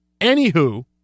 anywho